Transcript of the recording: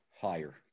higher